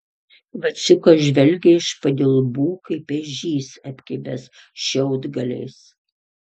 vaciukas žvelgė iš padilbų kaip ežys apkibęs šiaudgaliais